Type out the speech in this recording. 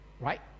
right